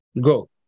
go